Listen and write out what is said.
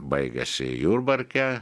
baigiasi jurbarke